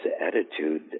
attitude